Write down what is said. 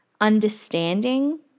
understanding